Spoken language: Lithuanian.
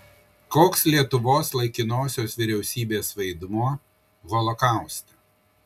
koks lietuvos laikinosios vyriausybės vaidmuo holokauste